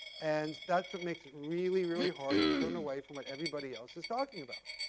and that's what makes it really, really hard to turn away from what everybody else is talking about.